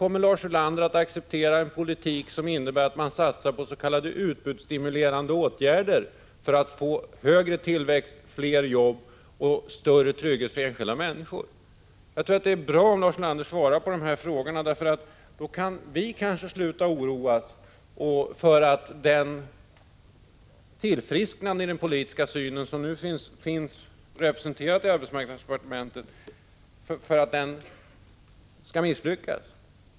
Kommer Lars Ulander att acceptera en politik som innebär att man satsar på s.k. utbudsstimulerande åtgärder för att få högre tillväxt, fler jobb och större trygghet för enskilda människor? Det är bra om Lars Ulander svarar på dessa frågor. Då kan vi kanske sluta oroas för att det tillfrisknande i den politiska synen som nu finns representerat i arbetsmarknadsdepartementet skall misslyckas.